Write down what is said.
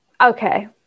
okay